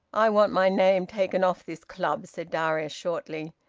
i want my name taken off this club, said darius shortly.